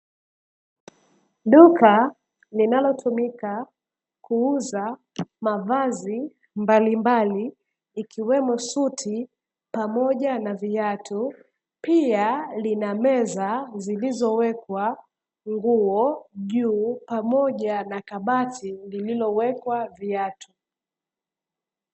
Duka linalotumika kuuza mavazi mbalimbali, ikiwemo suti, pamoja na viatu. Pia, lina meza zilizowekwa nguo juu, pamoja na kabati lililowekwa viatu.